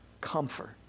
comfort